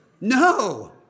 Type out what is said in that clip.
No